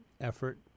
effort